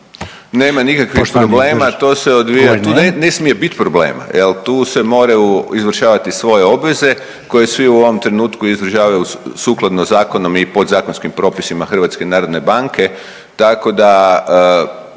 Poštovani guverner./… to se odvija, ne smije bit problema jel, tu se moraju izvršavati svoje obveze koje svi u ovom trenutku izvršavaju sukladno zakonom i podzakonskim propisima HNB-a, tako da banke mi smo